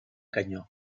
canyó